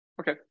Okay